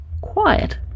quiet